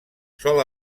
sol